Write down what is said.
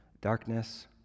darkness